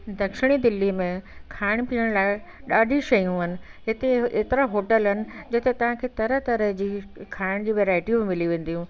दक्षिण दिल्ली में खाइण पीअण लाइ ॾाढी शयूं आहिनि हिते एतिरा होटल आहिनि जिते तव्हां खे तरह तरह जी खाइण जी वैराइटियूं मिली वेंदियूं